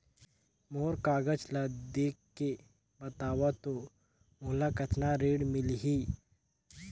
मोर कागज ला देखके बताव तो मोला कतना ऋण मिलही?